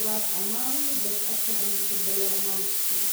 الوقت للتعلم أو التفكير بهدوء.